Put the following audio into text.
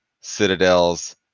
Citadels